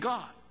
God